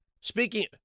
speaking